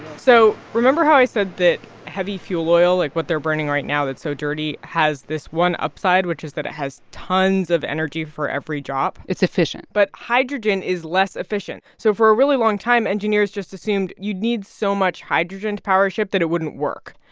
so remember how i said that heavy fuel oil like, what they're burning right now that's so dirty has this one upside, which is that it has tons of energy for every job? it's efficient but hydrogen is less efficient. so for a really long time, engineers just assumed you'd need so much hydrogen to power a ship that it wouldn't work.